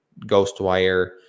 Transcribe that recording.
Ghostwire